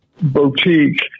boutique